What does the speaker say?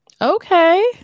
Okay